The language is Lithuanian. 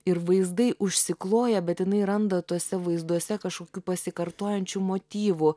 ir vaizdai užsikloja bet jinai randa tuose vaizduose kažkokių pasikartojančių motyvų